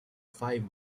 five